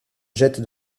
jette